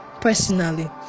personally